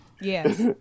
Yes